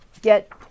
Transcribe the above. get